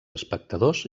espectadors